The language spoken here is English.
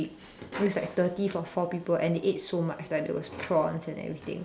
it's like thirty for four people and they ate so much like there was prawns and everything